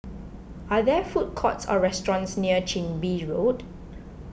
are there food courts or restaurants near Chin Bee Road